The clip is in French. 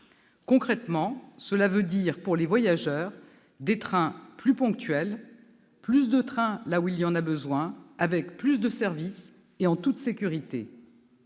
Concrètement, cela veut dire : pour les voyageurs, des trains plus ponctuels, plus de trains là où il y en a besoin, avec plus de services, et en toute sécurité